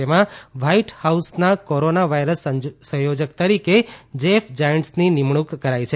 જેમાં વ્હાઇટ હાઉસના corona virus સંયોજક તરીકે જેફ ઝાયન્ટસની નિમણૂંક કરાઇ છે